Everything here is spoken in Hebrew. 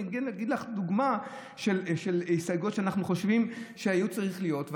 אני אביא לך דוגמה של ההסתייגויות שאנחנו חושבים שהיו צריכות להיות,